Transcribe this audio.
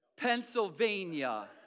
Pennsylvania